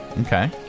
Okay